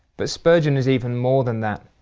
but spurgeon is even more than that.